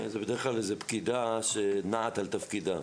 זה בדרך כלל פקידה שנעה על תפקידה.